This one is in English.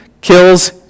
kills